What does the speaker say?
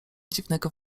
dziwnego